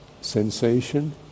sensation